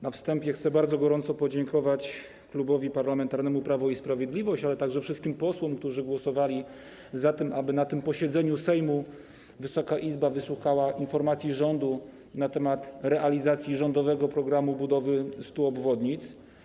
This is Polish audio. Na wstępie chcę bardzo gorąco podziękować Klubowi Parlamentarnemu Prawo i Sprawiedliwość, ale także wszystkim posłom, którzy głosowali za tym, aby na tym posiedzeniu Sejmu Wysoka Izba wysłuchała informacji rządu na temat realizacji rządowego programu budowy 100 obwodnic.